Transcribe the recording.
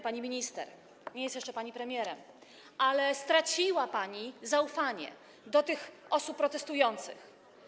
Pani minister, bo nie jest jeszcze pani premierem, straciła pani zaufanie tych osób protestujących.